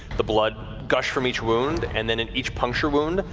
the blood gush from each wound and then in each puncture wound,